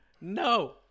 no